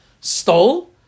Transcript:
stole